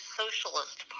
socialist